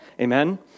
Amen